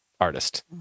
artist